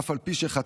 אף על פי שחטא,